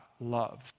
loves